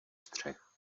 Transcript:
střech